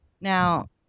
Now